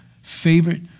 favorite